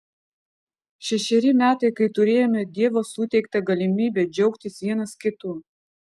šešeri metai kai turėjome dievo suteiktą galimybę džiaugtis vienas kitu